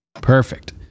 perfect